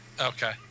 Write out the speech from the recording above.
Okay